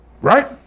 right